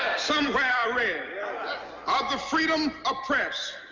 somewhere i read of the freedom of press.